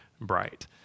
bright